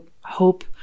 hope